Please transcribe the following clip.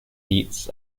heats